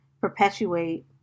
perpetuate